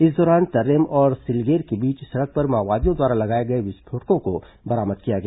इस दौरान तर्रेम और सिलगेर के बीच सड़क पर माओवादियों द्वारा लगाए गए दो विस्फोटकों को बरामद किया गया